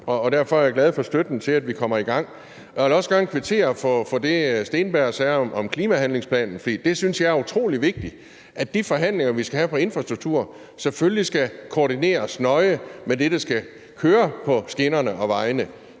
og derfor er jeg glad for støtten til, at vi kommer i gang. Jeg vil også gerne kvittere for det, som hr. Andreas Steenberg sagde om klimahandlingsplanen. For jeg synes jo, det er utrolig vigtigt, at de forhandlinger, vi skal have om infrastruktur, selvfølgelig skal koordineres nøje med det, der skal køre på skinnerne og vejene.